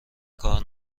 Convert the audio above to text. کار